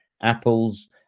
apples